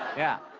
yeah.